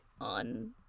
on